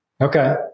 Okay